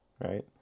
right